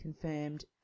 confirmed